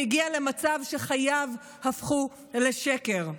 הביא למצב שחייו הפכו לשקר.